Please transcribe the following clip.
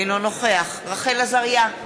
אינו נוכח רחל עזריה,